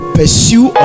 pursue